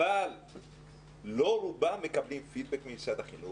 אבל לא רובם מקבלים פידבק ממשרד החינוך